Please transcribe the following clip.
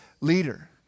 leader